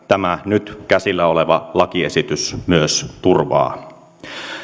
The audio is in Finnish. tämä nyt käsillä oleva lakiesitys myös turvaa